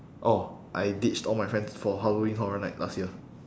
oh I ditched all my friends for halloween horror night last year